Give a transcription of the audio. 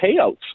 payouts